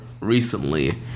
recently